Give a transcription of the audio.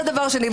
זה דבר שני.